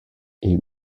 est